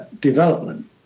development